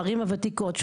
בערים הוותיקות,